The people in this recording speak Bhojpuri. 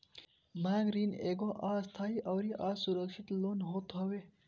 मांग ऋण एगो अस्थाई अउरी असुरक्षित लोन होत हवे